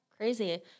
Crazy